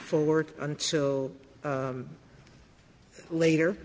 forward until later